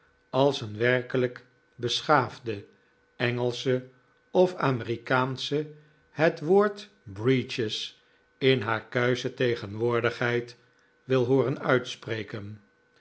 als een werkelijk beschaafde engelsche of amerikaansche het woord breeches in haar kuische tegenwoordigheid wil hooren uitspreken